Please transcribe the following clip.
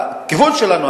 הכיוון שלנו,